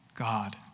God